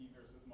versus